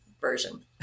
version